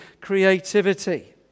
creativity